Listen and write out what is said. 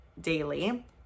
daily